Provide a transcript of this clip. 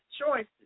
choices